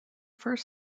first